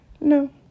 No